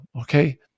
okay